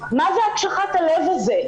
מה זו הקשחת הלב הזו?